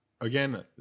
Again